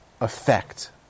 effect